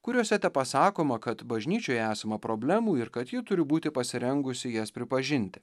kuriuose tepasakoma kad bažnyčioje esama problemų ir kad ji turi būti pasirengusi jas pripažinti